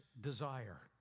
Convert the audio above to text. desire